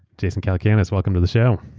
jason calacanis, welcome to the show.